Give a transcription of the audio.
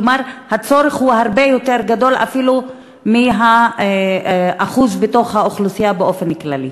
כלומר הצורך הוא הרבה יותר גדול אפילו מהאחוז באוכלוסייה באופן כללי?